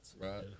Right